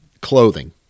clothing